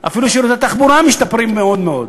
אפילו שירותי התחבורה משתפרים מאוד מאוד.